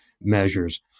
measures